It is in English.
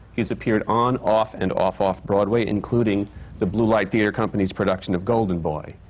he's appeared on, off and off-off-broadway, including the blue light theatre company's production of golden boy.